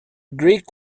greek